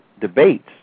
debates